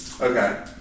Okay